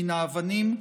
מן האבנים,